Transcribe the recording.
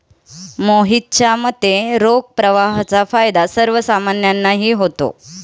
मोहितच्या मते, रोख प्रवाहाचा फायदा सर्वसामान्यांनाही होतो